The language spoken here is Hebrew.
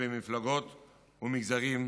שבמפלגות ובמגזרים,